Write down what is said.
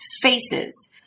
faces